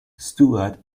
stewart